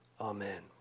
amen